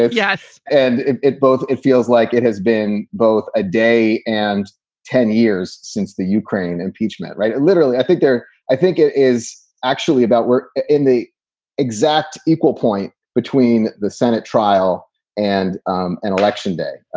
yes. and it it both it feels like it has been both a day and ten years since the ukraine impeachment. right. literally, i think there i think it is actually about we're in the exact equal point between the senate trial and um an election day